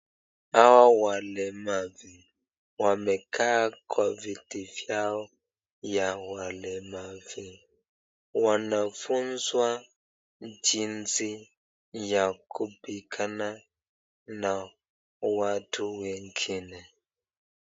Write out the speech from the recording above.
Hawa walemavu wamekaa kwa kiti vyao vya walemavu. Wanafunzwa jinsi ya kupigana na watu wengine.